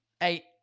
eight